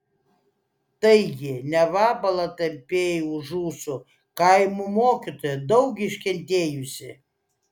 taigi ne vabalą tampei už ūsų kaimo mokytoją daug iškentėjusį